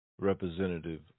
representative